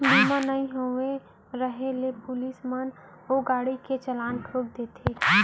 बीमा नइ होय रहें ले पुलिस मन ओ गाड़ी के चलान ठोंक देथे